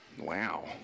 wow